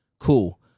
Cool